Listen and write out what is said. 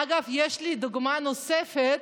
אגב, יש לי דוגמה נוספת,